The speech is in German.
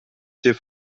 ziel